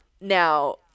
now